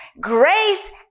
Grace